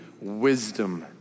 wisdom